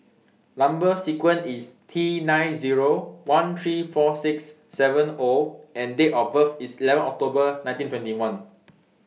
Number sequence IS T nine Zero one three four six seven O and Date of birth IS eleven October nineteen twenty one